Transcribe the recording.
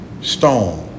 stone